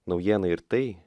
naujienai ir tai